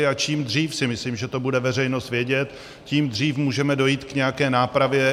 A čím dřív si myslím, že to bude veřejnost vědět, tím dřív můžeme dojít k nějaké nápravě.